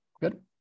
Good